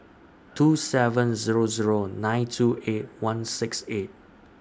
two seven Zero Zero nine two eight one six eight